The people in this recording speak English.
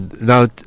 now